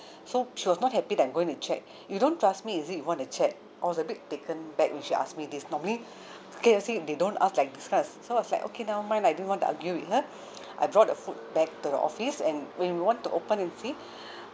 so she was not happy that I'm going to check you don't trust me is it you want to check I was a bit taken aback when she asked me this normally K_F_C if they don't ask like this kind of s~ so I was like okay never mind I don't want to argue with her I brought the food back to the office and we want to open and see